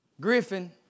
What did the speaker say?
Griffin